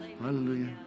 Hallelujah